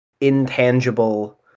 intangible